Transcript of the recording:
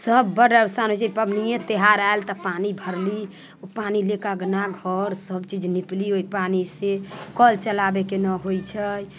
सब बड़ आसान होइ छै पबनिये त्योहार आयल तऽ पानि भरली ओ पानि लेके अँगना घर सब चीज नीपली ओइ पानिसँ कल चलाबेके नहि होइ छै